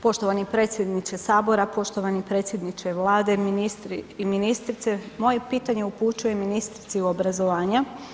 Poštovani predsjedniče HS, poštovani predsjedniče Vlade, ministri i ministrice, moje pitanje upućujem ministrici obrazovanja.